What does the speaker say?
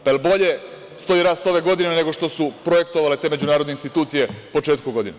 Pa jel bolje stoji rast ove godine nego što su projektovale te međunarodne institucije početkom godine?